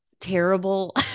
terrible